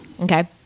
Okay